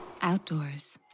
Outdoors